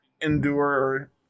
endure